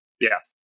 Yes